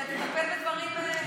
היא מטפלת בדברים חשובים.